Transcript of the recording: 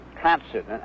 transit